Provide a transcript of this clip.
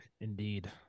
indeed